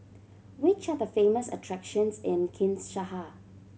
which are the famous attractions in Kinshasa